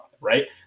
right